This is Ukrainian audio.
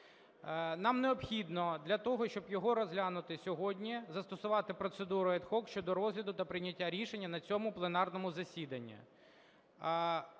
Нам необхідно для того, щоб його розглянути сьогодні, застосувати процедуру ad hoc щодо розгляду та прийняття рішення на цьому пленарному засіданні.